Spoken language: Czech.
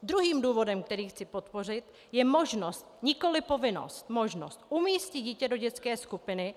Druhým důvodem, který chci podpořit, je možnost, nikoli povinnost, možnost umístit dítě do dětské skupiny.